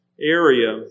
area